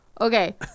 Okay